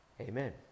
Amen